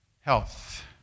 Health